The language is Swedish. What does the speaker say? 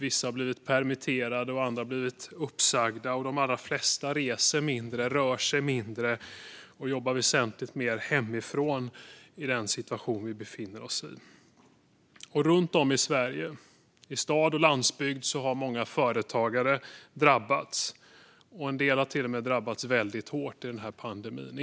Vissa har blivit permitterade. Andra har blivit uppsagda. De allra flesta reser mindre, rör sig mindre och jobbar väsentligt mer hemifrån i den situation vi befinner oss i. Runt om i Sverige, i stad och på landsbygd, har många företagare drabbats. En del har till och med drabbats väldigt hårt av pandemin.